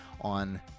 on